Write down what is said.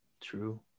true